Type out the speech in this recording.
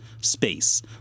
space